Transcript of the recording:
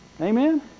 Amen